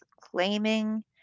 claiming